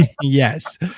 Yes